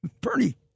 Bernie